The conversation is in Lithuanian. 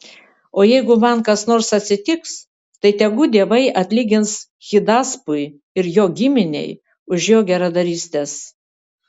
o jeigu man kas nors atsitiks tai tegu dievai atlygins hidaspui ir jo giminei už jo geradarystes